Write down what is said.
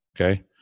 okay